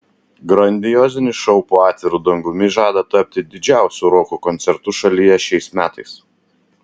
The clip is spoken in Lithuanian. grandiozinis šou po atviru dangumi žada tapti didžiausiu roko koncertu šalyje šiais metais